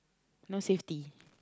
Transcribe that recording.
no safety